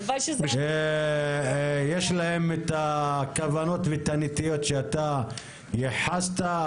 יש להם את הכוונות ואת הנטיות שאתה ייחסת.